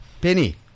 Penny